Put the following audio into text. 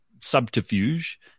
subterfuge